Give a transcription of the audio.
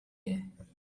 you